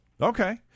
Okay